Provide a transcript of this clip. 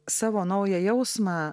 savo naują jausmą